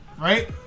Right